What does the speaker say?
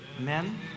Amen